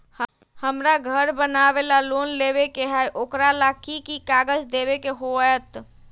हमरा घर बनाबे ला लोन लेबे के है, ओकरा ला कि कि काग़ज देबे के होयत?